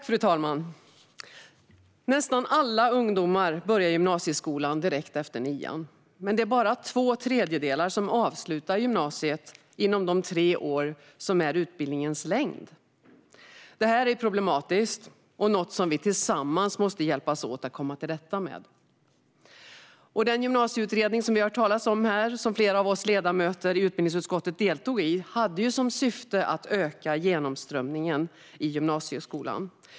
Fru talman! Nästan alla ungdomar börjar gymnasieskolan direkt efter nian, men det är bara två tredjedelar som avslutar gymnasiet inom de tre år som är utbildningens längd. Detta är problematiskt och något som vi tillsammans måste hjälpas åt att komma till rätta med. Den gymnasieutredning som vi har hört talas om här, som flera av oss ledamöter i utbildningsutskottet deltog i, hade som syfte att öka genomströmningen i gymnasieskolan.